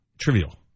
Trivial